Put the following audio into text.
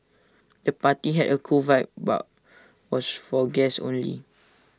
the party had A cool vibe but was for guests only